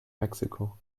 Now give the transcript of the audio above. mexiko